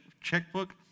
checkbook